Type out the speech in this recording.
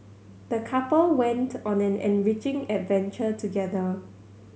the couple went on an enriching adventure together